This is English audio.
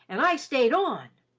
and i staid on!